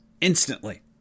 instantly